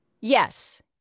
Yes